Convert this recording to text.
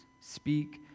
Speak